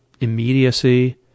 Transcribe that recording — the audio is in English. immediacy